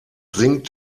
sinkt